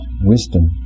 wisdom